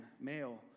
male